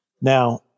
Now